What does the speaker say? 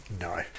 No